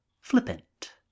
flippant